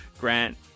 Grant